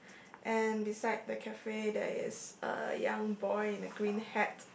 and beside the cafe there is a young boy in a green hat